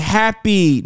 happy